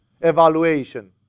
evaluation